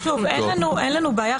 אין לנו בעיה.